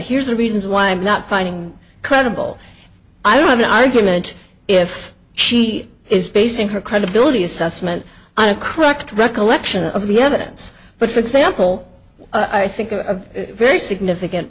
here's the reasons why i'm not finding credible i have no argument if she is basing her credibility assessment on a correct recollection of the evidence but for example i think a very significant